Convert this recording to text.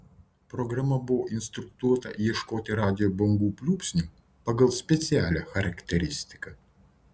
programa buvo instruktuota ieškoti radijo bangų pliūpsnių pagal specialią charakteristiką